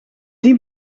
die